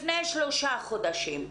לפני שלושה חודשים.